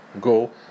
go